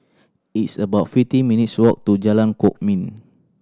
it's about fifty minutes' walk to Jalan Kwok Min